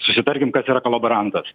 susitarkim kas yra kolaborantas